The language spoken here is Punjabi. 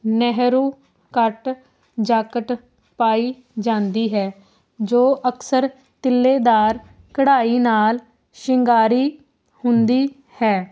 ਨਹਿਰੂ ਕੱਟ ਜਾਕਟ ਪਾਈ ਜਾਂਦੀ ਹੈ ਜੋ ਅਕਸਰ ਤਿੱਲੇਦਾਰ ਕਢਾਈ ਨਾਲ ਸ਼ਿੰਗਾਰੀ ਹੁੰਦੀ ਹੈ